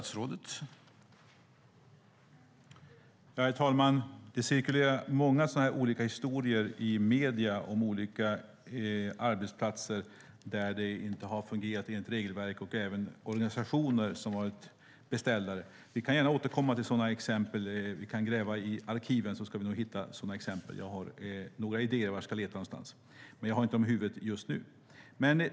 Herr talman! Det cirkulerar många historier i medierna om olika arbetsplatser där det inte har fungerat enligt regelverket och även att organisationer varit beställare. Vi kan gräva i arkiven och säkert hitta sådana exempel och sedan återkomma. Jag har några idéer om var jag ska leta. Jag har inte uppgifterna i huvudet just nu.